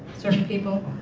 certain people.